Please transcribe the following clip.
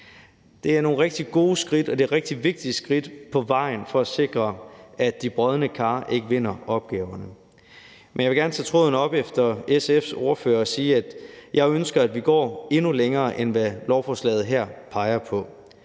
det er rigtig vigtige skridt på vejen for at sikre, at de brodne kar ikke vinder opgaverne. Men jeg vil gerne tage tråden op efter SF's ordfører og sige, at jeg ønsker, at vi går endnu længere, end hvad lovforslaget her peger på.